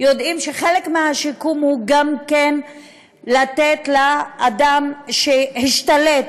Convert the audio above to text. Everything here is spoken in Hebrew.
יודעים שחלק מהשיקום הוא גם לתת לאדם שהשתלט,